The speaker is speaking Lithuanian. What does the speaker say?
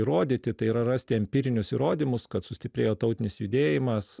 įrodyti tai yra rasti empirinius įrodymus kad sustiprėjo tautinis judėjimas